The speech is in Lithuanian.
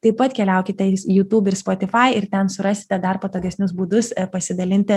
taip pat keliaukite į jutub ir spotifai ir ten surasite dar patogesnius būdus pasidalinti